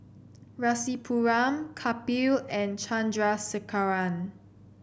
Rasipuram Kapil and Chandrasekaran